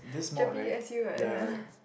gerpe S_U what ya